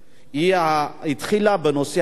היא התחילה בנושא הדיור.